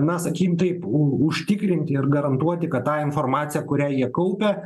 na sakykim taip užtikrinti ir garantuoti kad tą informaciją kurią jie kaupia